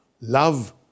love